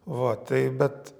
va tai bet